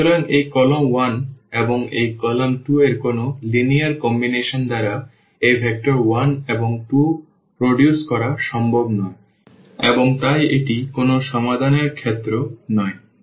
সুতরাং এই কলাম 1 এবং এই কলাম 2 এর কোনও লিনিয়ার সংমিশ্রণ দ্বারা এই ভেক্টর 1 এবং 2 উত্পাদন করা সম্ভব নয় এবং তাই এটি কোনও সমাধানের ক্ষেত্রে নয়